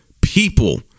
people